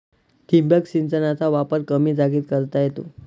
ठिबक सिंचनाचा वापर कमी जागेत करता येतो